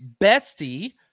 bestie